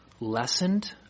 lessened